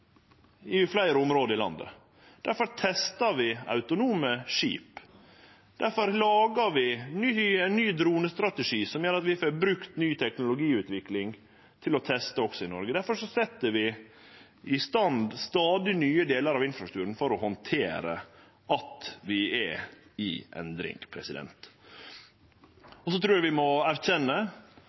i fleire område i landet. Difor testar vi autonome skip. Difor lagar vi ein ny dronestrategi som gjer at vi får brukt og testa ut ny teknologiutvikling også i Noreg. Difor set vi i stand stadig nye delar av infrastrukturen for å handtere at vi er i endring. Eg trur vi må erkjenne